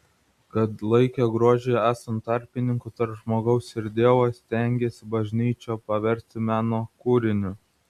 kad laikė grožį esant tarpininku tarp žmogaus ir dievo stengėsi bažnyčią paversti meno kūriniu